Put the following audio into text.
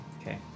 Okay